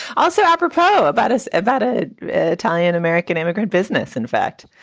also apropos about us, about ah italian-american immigrant business, in fact,